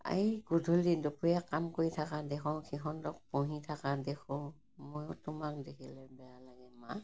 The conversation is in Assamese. এই গধূলি দুপৰীয়া কাম কৰি থাকা দেখো সিহঁতক পুহি থাকা দেখোঁ ময় তোমাক দেখিলে বেয়া